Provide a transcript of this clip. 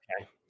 Okay